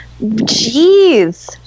jeez